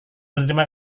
berterima